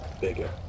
bigger